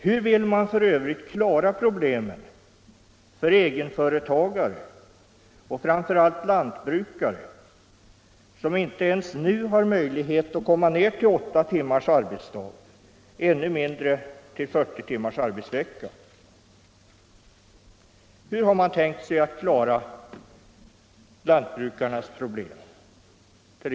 Hur vill man f. ö. klara problemen för egenföretagare och framför allt lantbrukare som inte ens nu har möjlighet att komma ner till åtta timmars arbetsdag, ännu mindre till 40 timmars arbetsvecka? Hur har man tänkt sig att lösa lantbrukarnas problem?